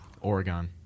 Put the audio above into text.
Oregon